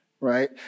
right